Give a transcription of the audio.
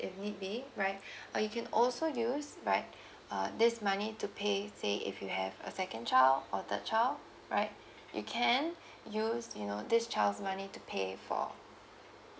if need be right or you can also use right this money to pay say if you have a second child or thirdchild right you can use you know this child's money to pay for